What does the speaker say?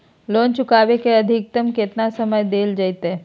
Loan चुकाबे के अधिकतम केतना समय डेल जयते?